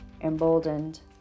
emboldened